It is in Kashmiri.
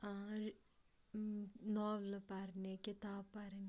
ناولہِ پَرنہِ کِتاب پَرٕنۍ